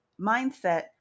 mindset